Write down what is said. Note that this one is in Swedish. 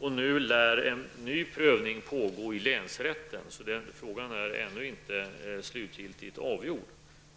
och nu lär en ny prövning pågå i länsrätten. Frågan är alltså ännu inte slutgiltigt avgjord.